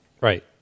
right